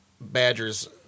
Badger's